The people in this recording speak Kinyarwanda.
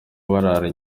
barara